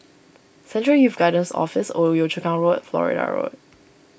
Central Youth Guidance Office Old Yio Chu Kang Road Florida Road